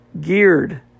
geared